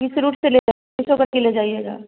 किस रूट से ले जाएंगे